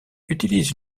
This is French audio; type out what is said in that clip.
utilise